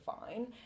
fine